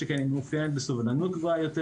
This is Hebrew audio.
שכן היא מאופיינת בסובלנות גבוהה יותר